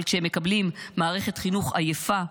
אבל כשהם מקבלים מערכת חינוך עייפה,